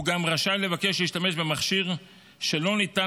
הוא רשאי לבקש גם להשתמש במכשיר שלא ניתן